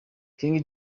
king